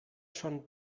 schon